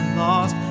lost